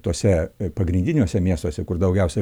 tuose pagrindiniuose miestuose kur daugiausiai